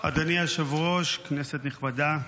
אדוני היושב-ראש, כנסת נכבדה,